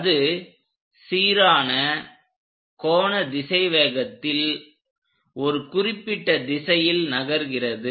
அது சீரான கோண திசைவேகத்தில் ஒரு குறிப்பிட்ட திசையில் நகர்கிறது